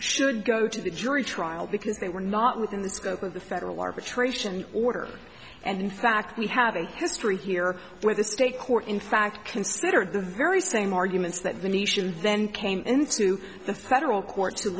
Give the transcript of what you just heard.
should go to the jury trial because they were not within the scope of the federal arbitration order and in fact we have a history here where the state court in fact considered the very same arguments that the nation then came into the federal court